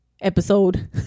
episode